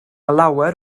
lawer